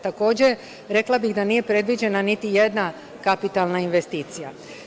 Takođe, rekla bih da nije predviđena niti jedna kapitalna investicija.